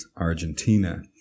Argentina